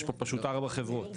יש פה פשוט ארבע חברות.